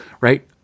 right